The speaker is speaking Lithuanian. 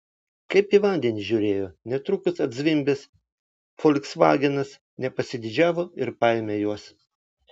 kaip į vandenį žiūrėjo netrukus atzvimbęs folksvagenas nepasididžiavo ir paėmė juos